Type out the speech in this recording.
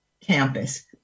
campus